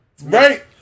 Right